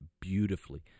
beautifully